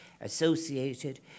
associated